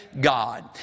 God